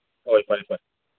ꯍꯣꯏ ꯍꯣꯏ ꯍꯣꯏ